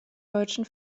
deutschen